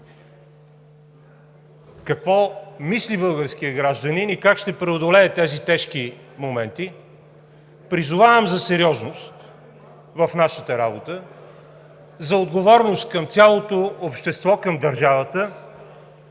какво мисли българският гражданин и как ще преодолее тези тежки моменти. Призовавам за сериозност в нашата работа, за отговорност към цялото общество, към държавата.